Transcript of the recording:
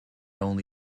only